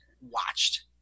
watched